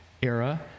era